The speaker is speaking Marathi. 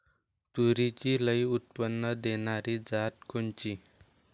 तूरीची लई उत्पन्न देणारी जात कोनची?